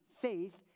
faith